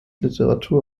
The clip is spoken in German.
literatur